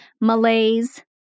malaise